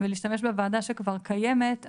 ולהשתמש בוועדה שכבר קיימת,